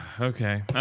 okay